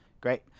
great